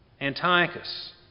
Antiochus